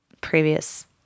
previous